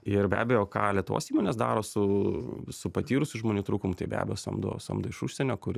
ir be abejo ką lietuvos įmonės daro su visu patyrusių žmonių trūkumu tai be abejo samdo samdo iš užsienio kur